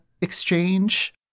exchange